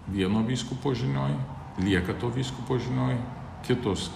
vieno vyskupo žinioj lieka to vyskupo žinioj kitos